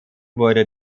wurde